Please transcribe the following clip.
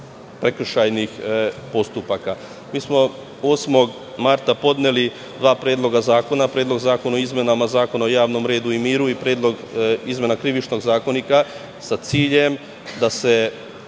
Mi smo 8. marta podneli dva predloga zakona – Predlog zakona o izmenama Zakona o javnom redu i miru i Predlog izmena Krivičnog zakonika, sa ciljem da se